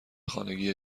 خانگی